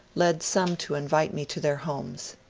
led some to invite me to their homes.